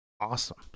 awesome